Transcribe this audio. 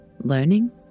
learning